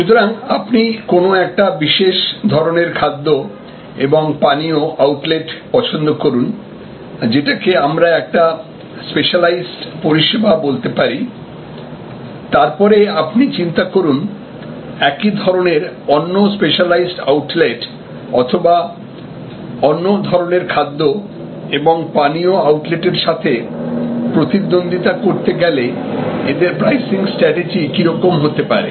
সুতরাং আপনি কোন একটা বিশেষ ধরনের খাদ্য এবং পানীয় আউটলেট পছন্দ করুন যেটাকে আমরা একটা স্পেশালাইজড পরিষেবা বলতে পারি তারপরে আপনি চিন্তা করুন একই ধরনের অন্য স্পেশালাইজড আউটলেট অথবা অন্য ধরনের খাদ্য এবং পানীয় আউটলেট এর সাথে প্রতিদ্বন্ধিতা করতে হলে এদের প্রাইসিং স্ট্র্যাটেজি কিরকম হতে পারে